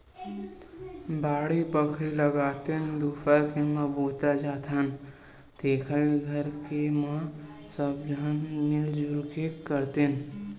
बाड़ी बखरी लगातेन, दूसर के म बूता जाथन तेखर ले घर के म सबे झन मिल जुल के करतेन